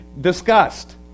discussed